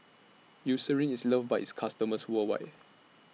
Eucerin IS loved By its customers worldwide